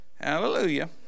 hallelujah